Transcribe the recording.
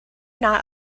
not